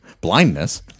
blindness